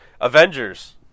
Avengers